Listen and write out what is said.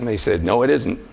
they said, no it isn't.